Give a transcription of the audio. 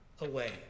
away